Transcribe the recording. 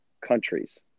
countries